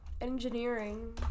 Engineering